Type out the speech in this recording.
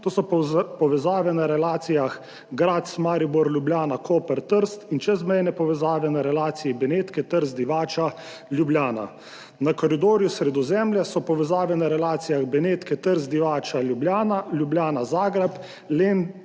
to so povezave na relacijah Gradec–Maribor, Ljubljana–Koper–Trst in čezmejne povezave na relaciji Benetke–Trst–Divača–Ljubljana. Na koridorju Sredozemlja so povezave na relacijah Benetke–Trst–Divača–Ljubljana, Ljubljana–Zagreb,